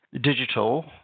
digital